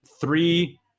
three